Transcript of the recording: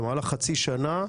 במהלך חצי שנה,